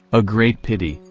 a great pity,